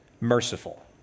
merciful